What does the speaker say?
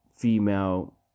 female